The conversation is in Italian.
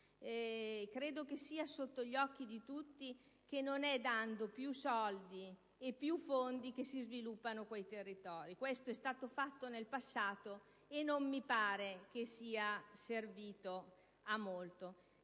Credo che sia sotto gli occhi di tutti il fatto che non è dando più soldi e più fondi che si sviluppano quei territori. Questo è stato fatto nel passato e non mi pare che sia servito a molto.